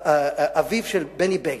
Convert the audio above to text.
אביו של בני בגין,